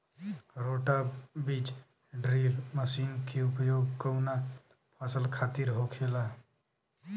रोटा बिज drill machine के उपयोग कऊना फसल खातिर होखेला?